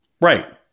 right